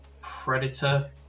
predator